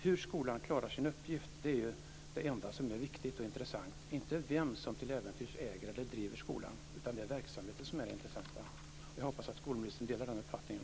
Hur skolan klarar sin uppgift är det enda som är viktigt och intressant, inte vem som till äventyrs äger eller driver skolan. Det är verksamheten som är det intressanta. Jag hoppas att skolministern delar den uppfattningen.